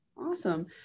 Awesome